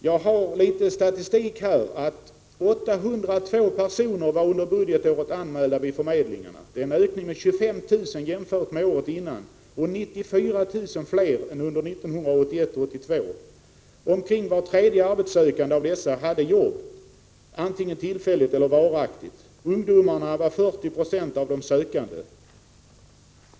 Jag kan emellertid redovisa litet statistik i det sammanhanget: 802 000 personer var under budgetåret anmälda vid förmedlingarna — det är en ökning med 25 000 jämfört med året före och med 94 000 jämfört med 1981/82. Omkring var tredje arbetssökande av dessa hade fått jobb, antingen tillfälligt eller varaktigt. Ungdomarna utgjorde 40 960 av de sökande.